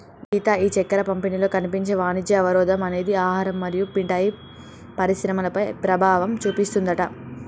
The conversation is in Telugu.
గీత ఈ చక్కెర పంపిణీలో కనిపించే వాణిజ్య అవరోధం అనేది ఆహారం మరియు మిఠాయి పరిశ్రమలపై ప్రభావం చూపిస్తుందట